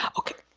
um okay.